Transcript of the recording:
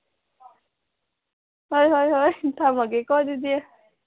ꯍꯣꯏ ꯍꯣꯏ ꯍꯣꯏ ꯊꯝꯃꯒꯦꯀꯣ ꯑꯗꯨꯗꯤ